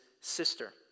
sister